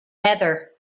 heather